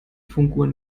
funkuhr